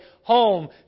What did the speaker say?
home